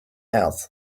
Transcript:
else